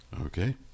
Okay